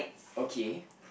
okay